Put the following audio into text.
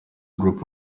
group